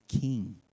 King